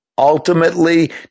Ultimately